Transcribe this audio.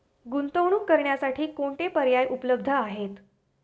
गुंतवणूक करण्यासाठी कोणते पर्याय उपलब्ध आहेत?